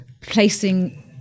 placing